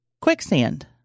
quicksand